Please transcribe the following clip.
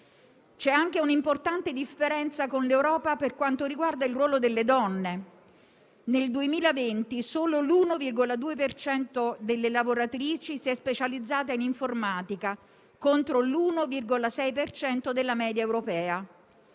C'è anche un'importante differenza con l'Europa per quanto riguarda il ruolo delle donne: nel 2020 solo l'1,2 per cento delle lavoratrici si è specializzato in informatica, contro l'1,6 della media europea;